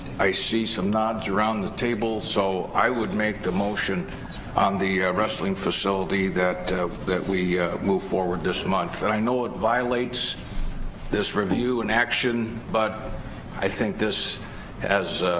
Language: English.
i see some nods around the table so i would make the motion on the wrestling facility that that we move forward this month that i know it violates this review in action but i think this as